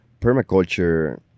Permaculture